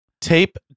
Tape